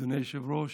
אדוני היושב-ראש,